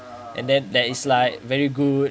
and then there is like very good